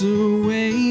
away